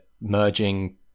merging